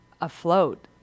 afloat